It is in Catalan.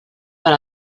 per